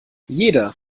jeder